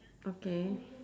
okay